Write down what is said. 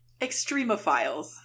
Extremophiles